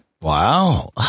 Wow